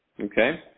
Okay